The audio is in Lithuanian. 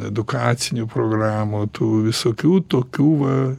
edukacinių programų tų visokių tokių va